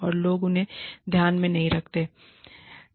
और लोग उन्हें ध्यान में नहीं रखना चाहते हैं